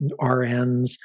RNs